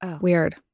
weird